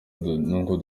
nkuko